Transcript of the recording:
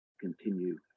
continue